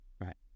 right